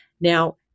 Now